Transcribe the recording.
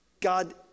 God